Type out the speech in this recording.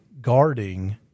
guarding